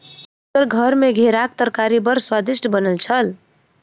हुनकर घर मे घेराक तरकारी बड़ स्वादिष्ट बनल छल